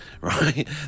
right